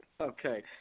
Okay